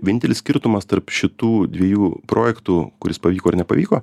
vienintelis skirtumas tarp šitų dviejų projektų kuris pavyko ir nepavyko